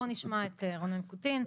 בואו נשמע את רונן קוטין.